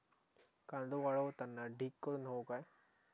कांदो वाळवताना ढीग करून हवो काय?